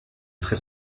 très